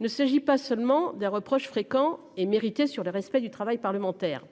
Ne s'agit pas seulement d'un reproche fréquent et mérité sur le respect du travail parlementaire